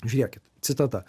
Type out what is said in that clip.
žiūrėkit citata